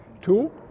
Two